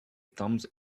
thumbs